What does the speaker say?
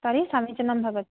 तर्हि समीचीनं भवति